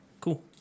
Cool